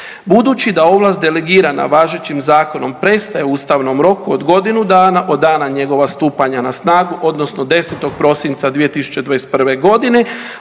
Budući da ovlast delegirana važećim zakonom prestaje u ustavnom roku od godinu dana od dana njegova stupanja na snagu odnosno 10. prosinca 2021.g.